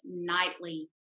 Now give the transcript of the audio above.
nightly